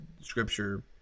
scripture